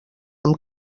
amb